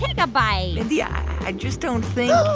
take a bite mindy, i i just don't think.